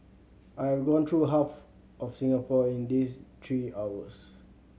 I have gone through half of Singapore in these three hours